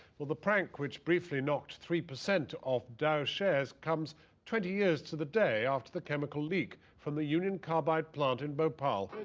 well, the prank, which briefly knocked three percent percent off dow's shares comes twenty years to the day after the chemical leak from the union carbide plant in bhopal.